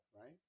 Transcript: right